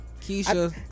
Keisha